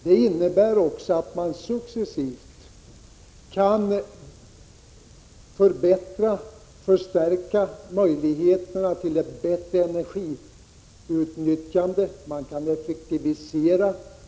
Det innebär också att möjligheterna till ett bättre energiutnyttjande successivt kan förstärkas och att de anläggningar som finns kan effektiviseras.